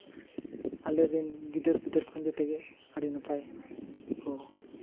ᱟᱞᱮ ᱨᱮᱱ ᱜᱤᱫᱟᱹᱨᱼᱯᱤᱫᱟᱹᱨ ᱠᱚ ᱡᱮᱛᱮ ᱜᱮ ᱟᱹᱰᱤ ᱱᱟᱯᱟᱭ ᱠᱚ